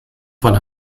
von